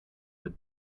the